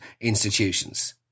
institutions